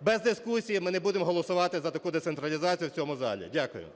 без дискусій ми не будемо голосувати за таку децентралізацію в цьому залі. Дякую.